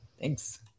Thanks